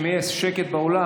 אם יהיה שקט באולם,